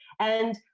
and,